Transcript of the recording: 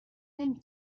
نمی